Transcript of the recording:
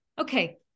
Okay